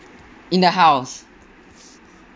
in the house